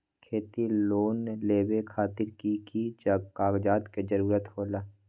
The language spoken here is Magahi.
खेती लोन लेबे खातिर की की कागजात के जरूरत होला?